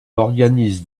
organise